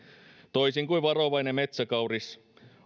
toisin kuin varovainen metsäkauris